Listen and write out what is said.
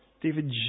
David